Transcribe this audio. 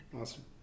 Awesome